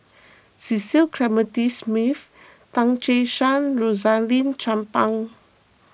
Cecil Clementi Smith Tan Che Sang Rosaline Chan Pang